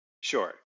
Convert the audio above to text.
Sure